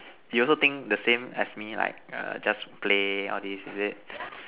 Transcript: you also think the same as me like err just play all this is it